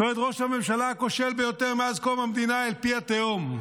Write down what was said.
צועד ראש הממשלה הכושל ביותר מאז קום המדינה אל פי התהום,